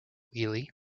wheelie